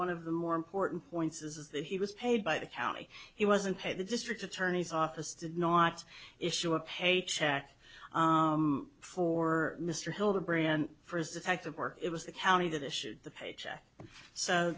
one of the more important points is that he was paid by the county he wasn't paid the district attorney's office did not issue a pay check for mr hildebrand for his detective work it was the county that issued the paycheck so